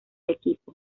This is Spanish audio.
equipo